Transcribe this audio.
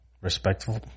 respectful